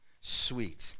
Sweet